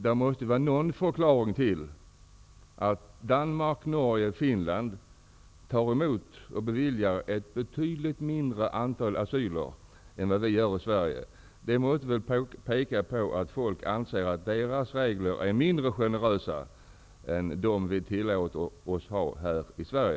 Det måste finnas någon förklaring till att Danmark, Norge och Finland beviljar asyl i ett betydligt mindre antal fall än vad vi gör i Sverige. Folk måste väl anse att deras regler är mindre generösa än dem som vi tillåter oss att ha i Sverige.